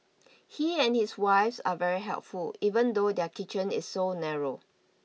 he and his wife are very helpful even though their kitchen is so narrow